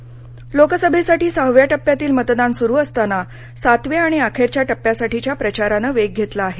प्रचार लोकसभेसाठी सहाव्या टप्प्यातील मतदान सुरू असताना सातव्या आणि अखेरच्या टप्प्यासाठीच्या प्रचारानं वेग घेतला आहे